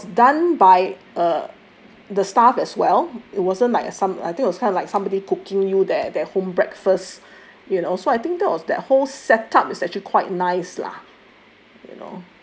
the breakfast was done by uh the staff as well it wasn't like a some I think it's kind of like somebody cooking you there their home breakfast you know so I think that was that whole set up is actually quite nice lah